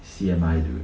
C_M_I dude